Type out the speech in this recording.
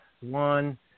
one